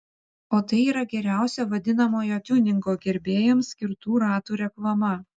o tai yra geriausia vadinamojo tiuningo gerbėjams skirtų ratų reklama